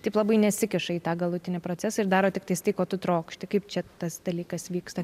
taip labai nesikiša į tą galutinį procesą ir daro tiktai tai ko tu trokšti kaip čia tas dalykas vyksta